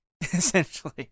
essentially